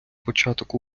початок